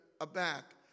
aback